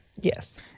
Yes